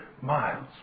miles